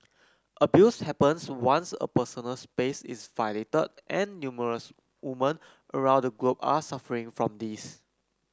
abuse happens once a personal space is violated and numerous woman around the globe are suffering from this